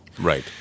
Right